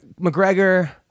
McGregor